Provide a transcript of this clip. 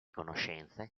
conoscenze